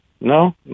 No